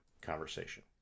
conversation